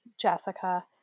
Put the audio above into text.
Jessica